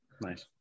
nice